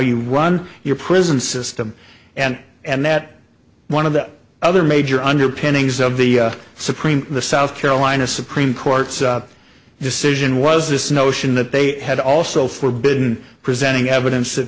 you run your prison system and and that one of the other major underpinnings of the supreme the south carolina supreme court's decision was this notion that they had also forbidden presenting evidence